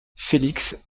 félix